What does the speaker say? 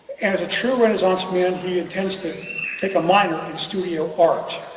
and as a true renaissance man he intends to take a minor in studio art.